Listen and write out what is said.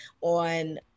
On